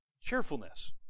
cheerfulness